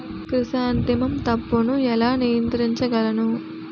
Chrysanthemum తప్పును ఎలా నియంత్రించగలను?